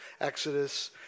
Exodus